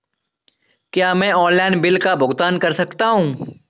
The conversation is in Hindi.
क्या मैं ऑनलाइन बिल का भुगतान कर सकता हूँ?